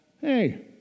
hey